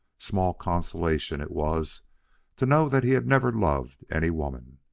small consolation it was to know that he had never loved any woman.